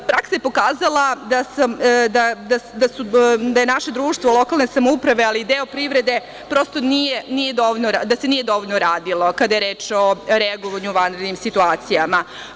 Praksa je pokazala da naše društvo, lokalne samouprave, ali i deo privrede, prosto, da se nije dovoljno radilo kada je reč o reagovanju u vanrednim situacijama.